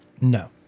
No